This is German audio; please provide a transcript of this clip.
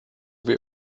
wird